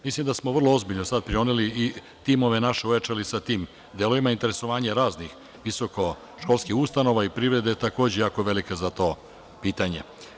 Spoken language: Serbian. Mislim da smo vrlo ozbiljno sad prionuli i timove naše ojačali sa tim delovima, interesovanje raznih visokoškolskih ustanova i privrede takođe je jako veliko za to pitanje.